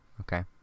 okay